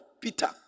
Peter